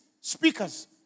speakers